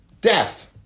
Death